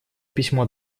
письмо